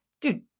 dude